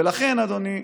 ולכן, אדוני,